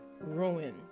ruin